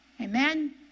Amen